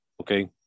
okay